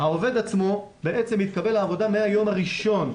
העובד עצמו בעצם מתקבל לעבודה מהיום הראשון,